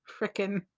frickin